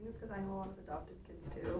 cause i know a lot of adopted kids too.